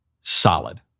solid